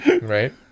right